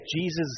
Jesus